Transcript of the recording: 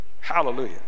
Hallelujah